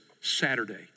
Saturday